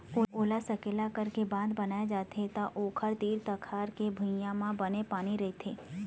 ओला सकेला करके बांध बनाए जाथे त ओखर तीर तखार के भुइंया म बने पानी रहिथे